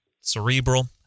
cerebral